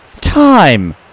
Time